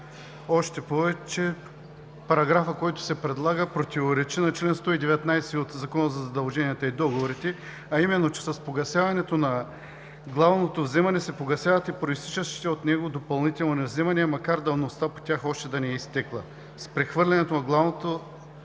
още повече параграфът, който се предлага, противоречи на чл. 119 от Закона за задълженията и договорите, а именно че: с погасяването на главното вземане се погасяват и произтичащите от него допълнителни вземания, макар давността по тях още да не е изтекла. С прехвърлянето на главното